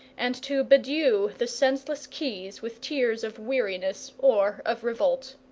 and to bedew the senseless keys with tears of weariness or of revolt.